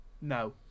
No